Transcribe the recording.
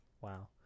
Wow